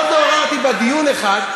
עוד לא עוררתי בה דיון אחד,